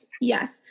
yes